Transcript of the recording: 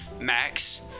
max